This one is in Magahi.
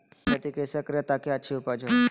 प्याज की खेती कैसे करें ताकि अच्छी उपज हो?